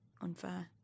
unfair